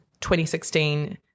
2016